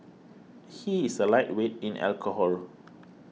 he is a lightweight in alcohol